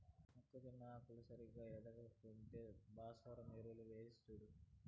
మొక్కజొన్న ఆకులు సరిగా ఎదగక ఉంటే భాస్వరం ఎరువులు వేసిచూడు